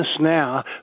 now